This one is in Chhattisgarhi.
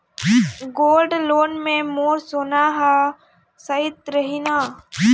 गोल्ड लोन मे मोर सोना हा सइत रही न?